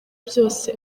byose